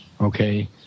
okay